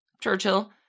Churchill